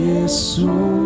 Jesus